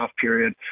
period